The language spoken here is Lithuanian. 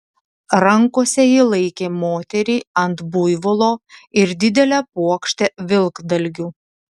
rankose ji laikė moterį ant buivolo ir didelę puokštę vilkdalgių